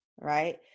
right